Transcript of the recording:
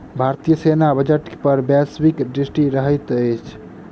भारतीय सेना बजट पर वैश्विक दृष्टि रहैत अछि